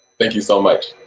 thank you so much.